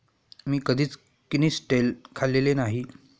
मी कधीच किनिस्टेल खाल्लेले नाही